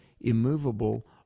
immovable